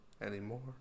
anymore